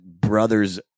brother's